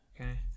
Okay